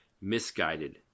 misguided